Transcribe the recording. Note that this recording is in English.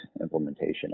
implementation